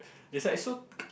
it's like so